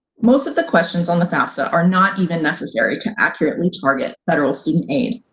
most of the questions on the fafsa are not even necessary to accurately target federal student aid.